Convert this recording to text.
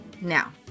Now